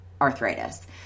arthritis